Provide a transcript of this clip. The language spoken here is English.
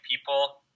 people